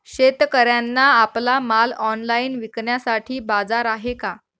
शेतकऱ्यांना आपला माल ऑनलाइन विकण्यासाठी बाजार आहे का?